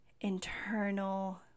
internal